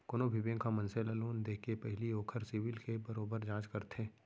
कोनो भी बेंक ह मनसे ल लोन देके पहिली ओखर सिविल के बरोबर जांच करथे